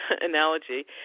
analogy